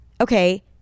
okay